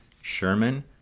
Sherman